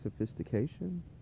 sophistication